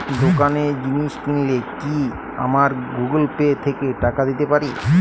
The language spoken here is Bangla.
দোকানে জিনিস কিনলে কি আমার গুগল পে থেকে টাকা দিতে পারি?